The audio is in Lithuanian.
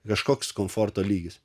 kažkoks komforto lygis